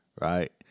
right